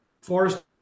forest